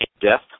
death